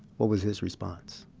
what was his response?